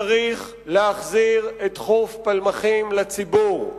צריך להחזיר את חוף פלמחים לציבור.